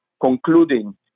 concluding